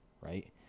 right